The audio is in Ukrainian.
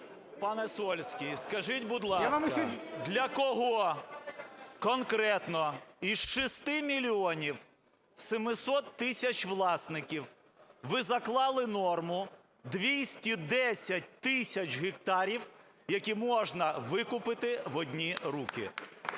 Пане Сольський, скажіть, будь ласка, для кого конкретно із 6 мільйонів 700 тисяч власників ви заклали норму 210 тисяч гектарів, які можна викупити в одні руки?